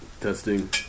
testing